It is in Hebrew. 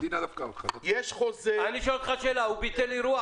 האם הציבור ביטל אירוע?